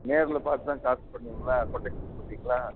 நேரில் பார்த்து தான் காசு சொல்லுவிங்களா கொட்டேஷன் கொடுப்பிங்களா